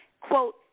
quote